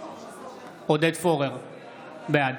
בעד